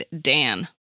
Dan